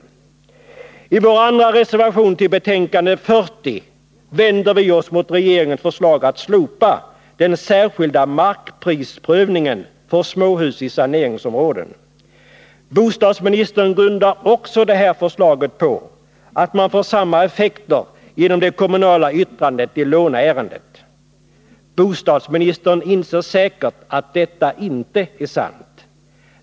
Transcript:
I vår andra reservation till betänkande 40 vänder vi oss mot regeringens förslag att slopa den särskilda markprisprövningen för småhus i saneringsområden. Bostadsministern grundar också det här förslaget på att man får samma effekter genom det kommunala yttrandet i låneärendet. Bostadsministern inser säkert att detta inte är sant.